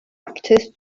actors